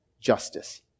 justice